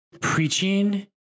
preaching